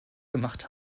gemacht